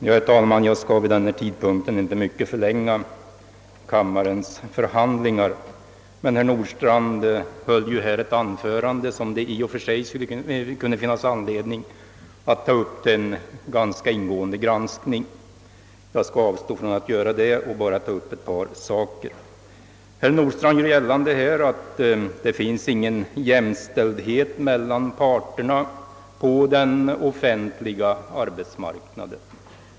Herr talman! Jag skall vid denna tidpunkt inte mycket förlänga kammarens förhandlingar. Herr Nordstrandh höll ett anförande som det i och för sig kunde finnas anledning att ta upp till ganska ingående granskning, men jag skall avstå från att göra det och bara beröra ett par detaljer. Herr Nordstrandh gör gällande att det inte finns någon jämställdhet mellan parterna på den offentliga arbetsmarknaden.